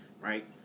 right